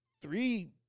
three